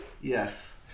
Yes